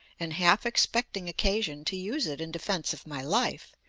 and half expecting occasion to use it in defence of my life,